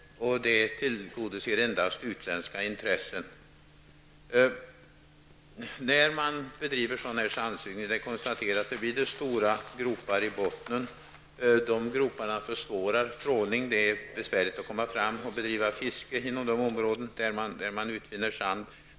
Detta tillgodoser endast utländska intressen. Det har konstaterats att när man bedriver sådan sandsugning blir det stora gropar i bottnen. Dessa gropar försvårar trålning. Och det är besvärligt att komma fram för att bedriva fiske inom de områden där man utvinner sand.